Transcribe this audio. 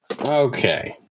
Okay